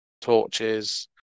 Torches